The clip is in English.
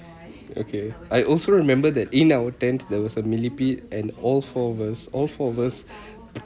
okay I also remember that in our tent there was a millipede and all four of us all four of us